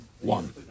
One